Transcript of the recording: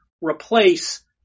replace